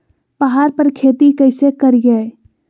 पहाड़ पर खेती कैसे करीये?